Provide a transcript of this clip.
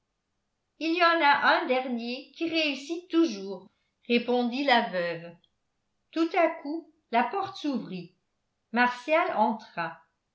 il y en a un dernier qui réussit toujours répondit la veuve tout à coup la porte s'ouvrit martial entra